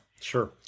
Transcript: Sure